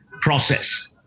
process